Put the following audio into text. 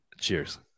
cheers